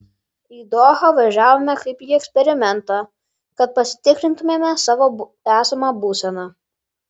į dohą važiavome kaip į eksperimentą kad pasitikrintumėme savo esamą būseną